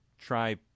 Try